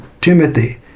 Timothy